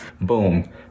boom